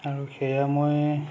আৰু সেয়া মই